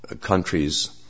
countries